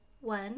one